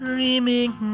Dreaming